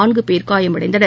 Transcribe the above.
நான்கு பேர் காயமடைந்தனர்